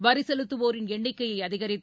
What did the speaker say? வரி செலுத்துவோரின் எண்ணிக்கையை அதிகரித்து